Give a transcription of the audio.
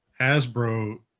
Hasbro